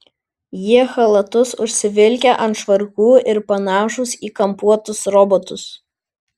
jie chalatus užsivilkę ant švarkų ir panašūs į kampuotus robotus